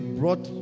brought